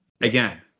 Again